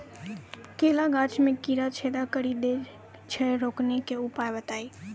केला गाछ मे कीड़ा छेदा कड़ी दे छ रोकने के उपाय बताइए?